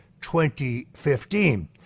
2015